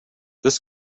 this